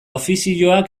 ofizioak